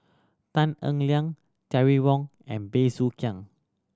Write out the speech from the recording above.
Tan Eng Liang Terry Wong and Bey Soo Khiang